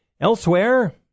Elsewhere